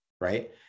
right